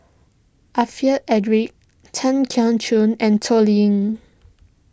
Alfred Eric Tan Keong Choon and Toh Liying